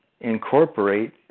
incorporate